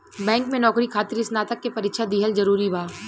Bank में नौकरी खातिर स्नातक के परीक्षा दिहल जरूरी बा?